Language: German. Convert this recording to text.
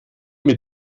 mit